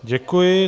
Děkuji.